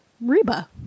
Reba